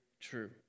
true